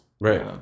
Right